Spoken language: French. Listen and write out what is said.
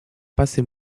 passez